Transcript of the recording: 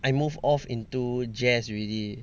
I moved off into jazz already